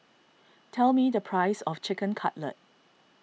tell me the price of Chicken Cutlet